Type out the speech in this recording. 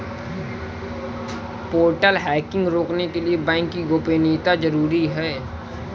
portal hacking रोकने के लिए बैंक की गोपनीयता जरूरी हैं